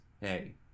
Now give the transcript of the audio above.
hey